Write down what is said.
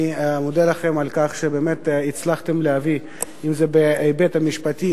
אני מודה לכם על כך שבאמת הצלחתם להביא אם זה בהיבט המשפטי